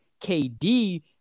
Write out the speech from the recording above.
kd